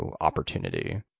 opportunity